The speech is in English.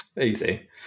Easy